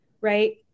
right